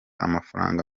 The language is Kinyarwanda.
amafaranga